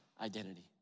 identity